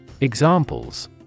Examples